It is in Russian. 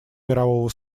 мирового